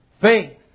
Faith